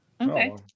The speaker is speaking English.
Okay